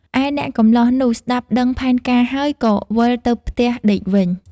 ឯអ្នកកម្លោះនោះស្តាប់ដឹងផែនការហើយ ក៏វិលទៅផ្ទះដេកវិញ។